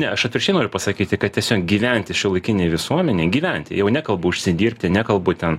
ne aš atvirkščiai noriu pasakyti kad tiesiog gyventi šiuolaikinėj visuomenėj gyventi jau nekalbu užsidirbti nekalbu ten